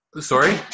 Sorry